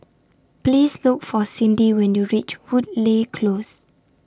Please Look For Cindi when YOU REACH Woodleigh Close